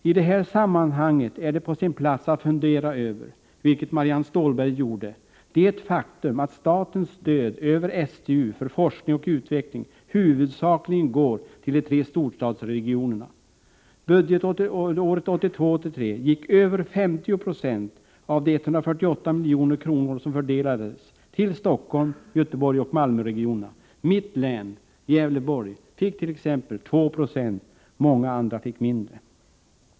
I det här sammanhanget är det också på sin plats att fundera över, vilket Marianne Stålberg gjorde, det faktum att statens stöd över STU för forskning och utveckling huvudsakligen går till de tre storstadsregionerna. Budgetåret 1982/83 gick över 50 96 av de 148 milj.kr. som fördelades till Stockholms-, Göteborgsoch Malmöregionerna. Mitt län, Gävleborg, fick t.ex. 2,7 90, många andra fick mindre.